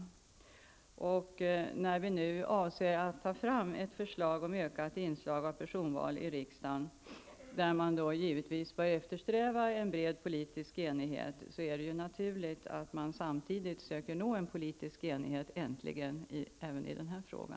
När vi nu avser att ta fram ett förslag om ett ökat inslag av personval till riksdagen, där men givetvis bör eftersträva en bred politisk enighet, är det naturligt att man samtidigt försöker att äntligen nå en politisk enighet även i denna fråga.